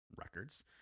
records